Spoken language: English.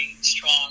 strong